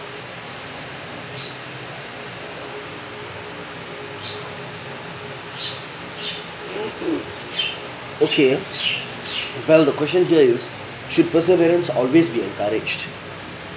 okay well the question here is should perseverance always be encouraged